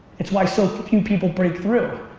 it's why so few people break through.